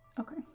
Okay